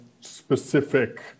specific